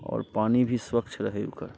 आओर पानी भी स्वक्ष रहै ओकर